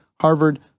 Harvard